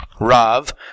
Rav